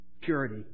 purity